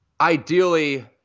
ideally